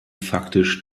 faktisch